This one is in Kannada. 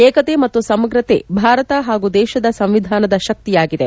ಏಕತೆ ಮತ್ತು ಸಮಗ್ರತೆ ಭಾರತ ಪಾಗೂ ದೇಶದ ಸಂವಿಧಾನದ ಶಕ್ತಿಯಾಗಿದೆ